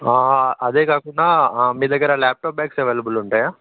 అదే కాకుండా మీ దగ్గర ల్యాప్టాప్ బ్యాగ్స్ అవైలబుల్ ఉంటాయా